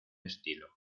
estilo